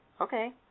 okay